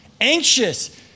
anxious